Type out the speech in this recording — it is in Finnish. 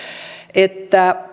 että